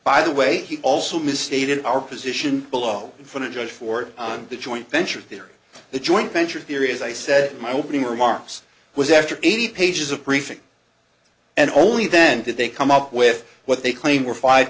by the way he also misstated our position below for the judge for on the joint venture between the joint venture theory as i said in my opening remarks was after eight pages of briefing and only then did they come up with what they claim were five